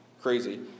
crazy